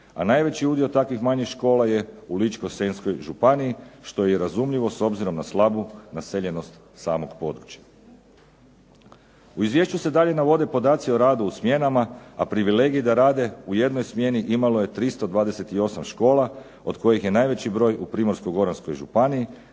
najveći udio takvih manjih škola je u Ličko-senjskoj županiji što je i razumljivo s obzirom na slabu naseljenost samog područja. U izvješću se dalje navode podaci o radu u smjenama, a privilegij da rade u jednoj smjeni imalo je 328 škola od kojih je najveći broj u Primorsko-goranskoj županiji,